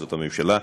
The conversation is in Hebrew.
זאת הממשלה,